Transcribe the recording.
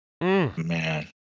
Man